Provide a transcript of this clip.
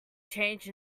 changed